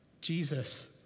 Jesus